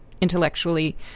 intellectually